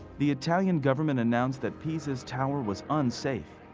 the italian government announced that pisa's tower was unsafe.